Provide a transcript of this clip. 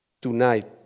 tonight